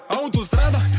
autostrada